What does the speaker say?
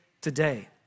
today